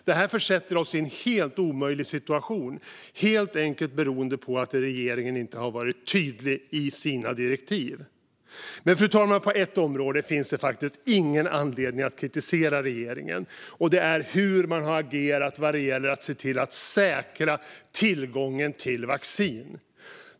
Detta försätter oss i en helt omöjlig situation, helt enkelt beroende på att regeringen inte har varit tydlig i sina direktiv. Fru talman! På ett område finns dock ingen anledning att kritisera regeringen, och det är hur man har agerat vad gäller att se till att säkra tillgången till vaccin.